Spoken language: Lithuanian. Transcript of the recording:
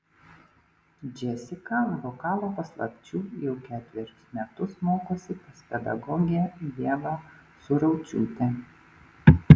džesika vokalo paslapčių jau ketverius metus mokosi pas pedagogę ievą suraučiūtę